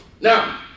Now